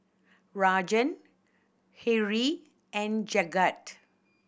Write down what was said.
Rajan Hri and Jagat